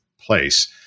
place